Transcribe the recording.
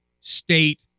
state